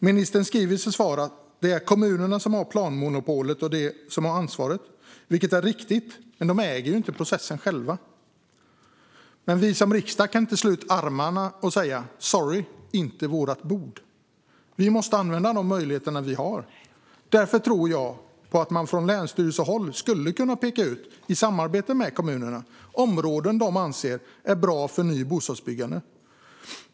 Ministern säger i sitt svar att det är kommunerna som har planmonopolet och att det är de som har ansvaret, vilket är riktigt, men de äger inte processen själva. Vi i riksdagen kan inte slå ut med armarna och säga: "Sorry, det är inte vårt bord." Vi måste använda de möjligheter vi har. Därför tror jag på att man från länsstyrelsehåll, i samarbete med kommunerna, skulle kunna peka ut områden man anser är bra för nytt bostadsbyggande.